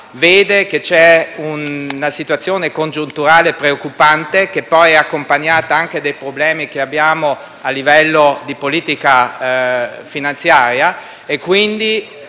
vedere che è in atto una situazione congiunturale preoccupante, accompagnata anche dai problemi che abbiamo a livello di politica finanziaria, quindi